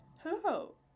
Hello